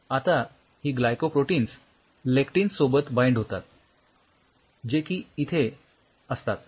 आता ही glycoproteins lectins सोबत बाइंड होतात जे की तिथे असतात